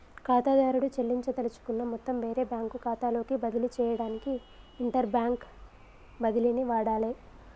ఖాతాదారుడు చెల్లించదలుచుకున్న మొత్తం వేరే బ్యాంకు ఖాతాలోకి బదిలీ చేయడానికి ఇంటర్బ్యాంక్ బదిలీని వాడాలే